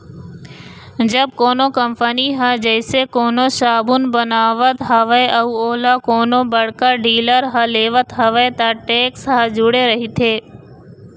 जब कोनो कंपनी ह जइसे कोनो साबून बनावत हवय अउ ओला कोनो बड़का डीलर ह लेवत हवय त टेक्स ह जूड़े रहिथे